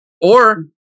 Or-